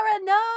no